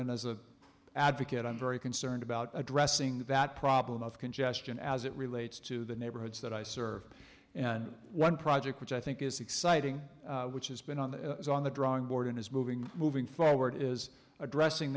and as a advocate i'm very concerned about addressing that problem of congestion as it relates to the neighborhoods that i serve and one project which i think is exciting which has been on the on the drawing board and is moving moving forward is addressing